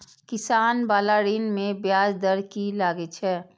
किसान बाला ऋण में ब्याज दर कि लागै छै?